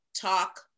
talk